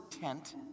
tent